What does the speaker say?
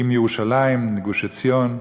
עם ירושלים, גוש-עציון.